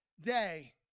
day